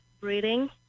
breathing